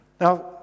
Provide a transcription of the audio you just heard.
Now